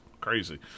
crazy